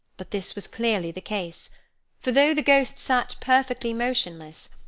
but this was clearly the case for though the ghost sat perfectly motionless,